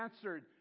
answered